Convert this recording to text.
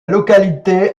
localité